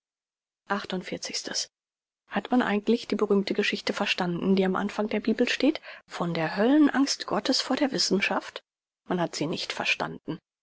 hat man eigentlich die berühmte geschichte verstanden die am anfang der bibel steht von der höllenangst gottes vor der wissenschaft man hat sie nicht verstanden